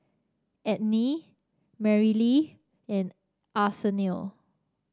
Enid Merrily and Arsenio